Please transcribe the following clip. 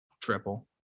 Triple